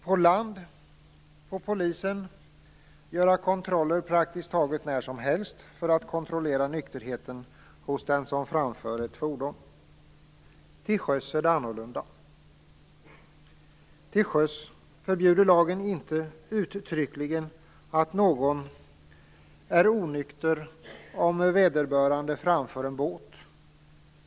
På land får polisen göra kontroller praktiskt taget när som helst för att kontrollera nykterheten hos den som framför ett fordon. Till sjöss är det annorlunda. Till sjöss förbjuder lagen inte uttryckligen att någon är onykter om vederbörande framför en båt.